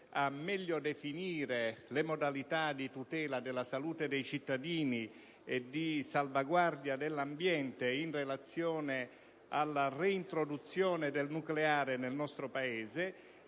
a meglio definire le modalità di tutela della salute dei cittadini e di salvaguardia dell'ambiente in relazione alla reintroduzione del nucleare nel nostro Paese.